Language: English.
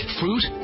fruit